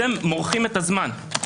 אתם מורחים את זהמן.